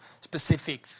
specific